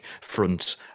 front